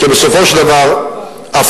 כי בסופו של דבר האפליה,